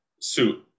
suit